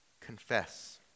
confess